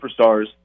superstars